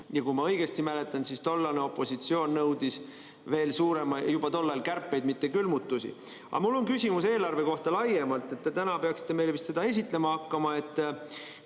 Ja kui ma õigesti mäletan, siis tollane opositsioon nõudis juba tol ajal kärpeid, mitte külmutust. Aga mul on küsimus eelarve kohta laiemalt. Te täna peaksite meile seda esitlema hakkama.